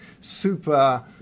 super